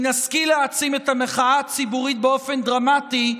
אם נשכיל להעצים את המחאה הציבורית באופן דרמטי,